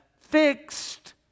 fixed